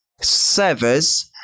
servers